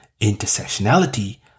intersectionality